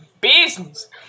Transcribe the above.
business